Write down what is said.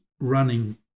running